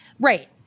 right